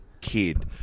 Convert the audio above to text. kid